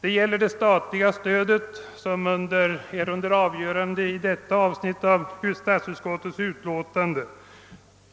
När det gäller det statliga stöd som behandlas i ifrågavarande avsnitt av statsutskottets utlåtande